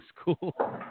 school